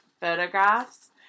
photographs